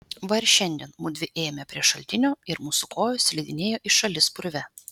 va ir šiandien mudvi ėjome prie šaltinio ir mūsų kojos slidinėjo į šalis purve